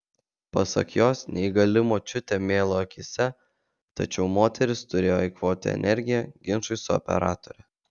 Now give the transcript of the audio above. pasak jos neįgali močiutė mėlo akyse tačiau moteris turėjo eikvoti energiją ginčui su operatore